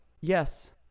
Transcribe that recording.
Yes